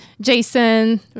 Jason